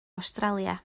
awstralia